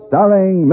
Starring